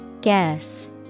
Guess